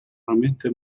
raramente